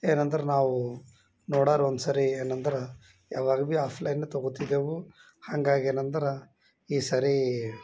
ಏನಂದ್ರೆ ನಾವು ನೋಡಾರ ಒಂದು ಸರಿ ಏನಂದ್ರೆ ಯಾವಾಗ ಭಿ ಆಫ್ಲೈನ್ ತೊಗೊತಿದೆವು ಹಂಗಾಗಿ ಏನಂದ್ರೆ ಈ ಸರಿ